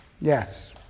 Yes